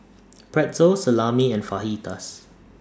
Pretzel Salami and Fajitas